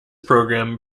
program